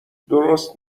درست